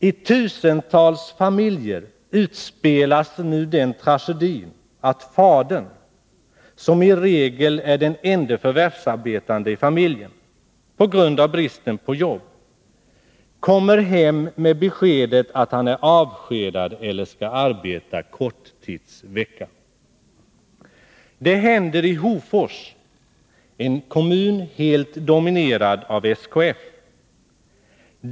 I tusentals familjer utspelas nu den tragedin att fadern — som i regel är den ende förvärvsarbetande i familjen på grund av bristen på jobb — kommer hem med beskedet att han har avskedats eller skall jobba korttidsvecka. Det händer i Hofors, en kommun helt dominerad av SKF.